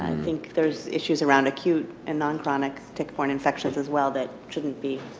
think there's issues around acute and non-chronic tick-borne infections as well that shouldn't be